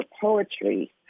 poetry